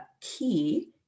key